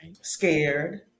scared